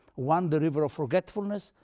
one the river of forgetfulness,